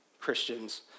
Christians